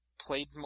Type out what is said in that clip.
played